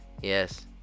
yes